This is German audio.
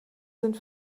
sind